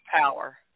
power